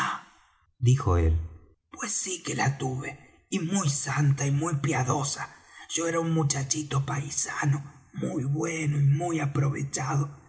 dijo él pues sí que la tuve y muy santa y muy piadosa yo era un muchachito paisano muy bueno y muy aprovechado